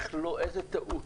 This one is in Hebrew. איזו טעות.